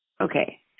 Okay